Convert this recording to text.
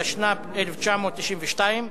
התשנ"ב 1992,